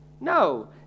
No